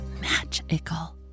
magical